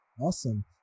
Awesome